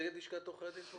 מלשכת עורכי הדין.